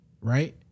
right